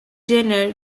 jenner